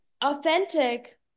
authentic